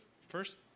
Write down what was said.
first